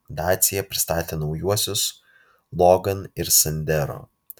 dacia pristatė naujuosius logan ir sandero